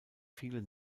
viele